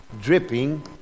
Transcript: dripping